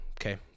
Okay